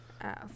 ass